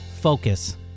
Focus